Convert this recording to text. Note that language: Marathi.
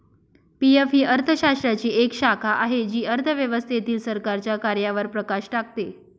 पी.एफ ही अर्थशास्त्राची एक शाखा आहे जी अर्थव्यवस्थेतील सरकारच्या कार्यांवर प्रकाश टाकते